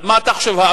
אז מה אתה חושב?